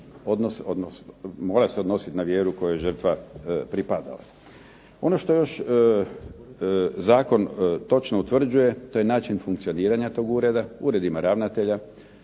Naravno mora se odnositi na vjeru kojoj je žrtva pripadala. Ono što još zakon točno utvrđuje to je način funkcioniranja tog ureda. Ured ima ravnatelja,